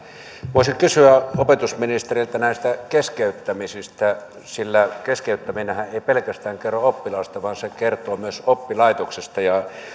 voisin kysyä opetusministeriltä näistä keskeyttämisistä sillä keskeyttäminenhän ei pelkästään kerro oppilaasta vaan kertoo myös oppilaitoksesta